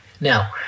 Now